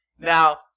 Now